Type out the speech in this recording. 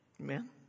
Amen